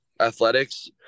athletics